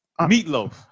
Meatloaf